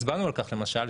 הצבענו על כך למשל,